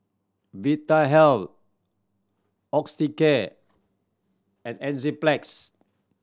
Vitahealth Osteocare and Enzyplex